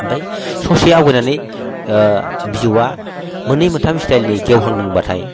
ओमफ्राय ससे आवगायनानै बिजौआ मोननै मोनथाम स्टाइलनि गेवहांदोंबाथाय